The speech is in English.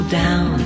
down